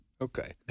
Okay